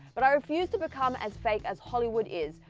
but i refuse to become as fake as hollywood is.